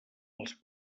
els